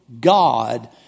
God